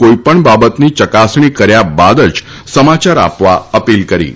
કોઈપણ બાબતની ચકાસણી કર્યા બાદ જ સમાચાર આપવા અપીલ કરી હતી